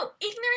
ignorant